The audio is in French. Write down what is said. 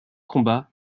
combat